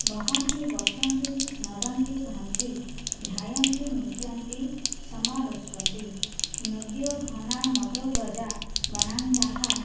वहन्ति वर्षन्ति नदन्ति भान्ति ध्यायन्ति नृत्यन्ति समारुस्वन्ति नद्यो घनाः मतोगजाः वनान्ताः